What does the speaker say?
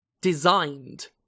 designed